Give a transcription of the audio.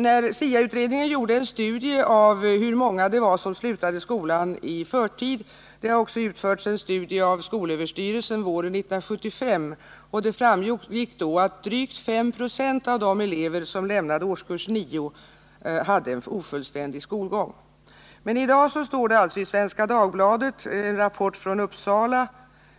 När SIA-utredningen gjorde en studie om hur många det var som slutade skolan i förtid — en studie har också utförts av skolöverstyrelsen våren 1975 — framgick det att drygt 5 96 av de elever som lämnade årskurs 9 hade en ofullständig skolgång. I dag refereras i Svenska Dagbladet en rapport från Uppsala